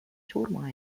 surma